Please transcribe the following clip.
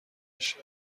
بشه